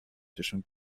توشون